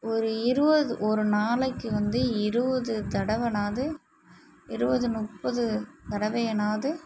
ஒரு இருபது ஒரு நாளைக்கு வந்து இருபது தடவைனாது இருபது முப்பது தடவையாது